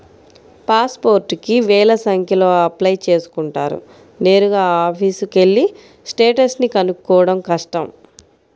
pass పోర్టుకి వేల సంఖ్యలో అప్లై చేసుకుంటారు నేరుగా ఆఫీసుకెళ్ళి స్టేటస్ ని కనుక్కోడం కష్టం